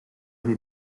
wie